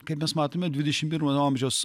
kaip mes matome dvidešimt pirmo amžiaus